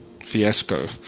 fiasco